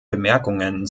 bemerkungen